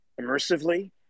immersively